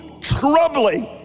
troubling